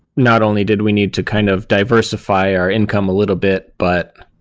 not only did we need to kind of diversify our income a little bit, but